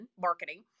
marketing